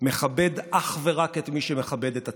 מכבד אך ורק את מי שמכבד את עצמו,